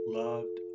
loved